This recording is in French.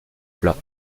plats